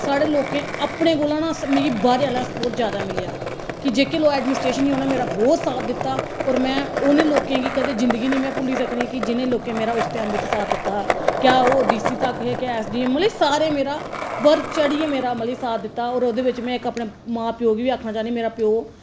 साढ़े लोकें अपने कोला ना मिगी बाहरें आह्लें कोला सपोर्ट जादा मिलेआ कि जेह्की लोक एडमिनीस्ट्रेशन ऐ उन्ने मिगी बौह्त साथ दित्ता होर में उ'नें लोकें गी कदें जिंदगी निं भुल्ली सकदी कि जिनें लोकें मेरा उस टाईम बिच्च साथ दित्ता हा क्या ओह् डी सी तक हे क्या मतलब कि एस डी एम मतलब कि सारें मेरा बधी चढ़ियै मेरा मतलब कि साथ दित्ता होर ओह्दे बिच्च में इक मां प्यो गी बी आक्खना चाह्न्नी मेरा प्यो